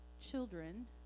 children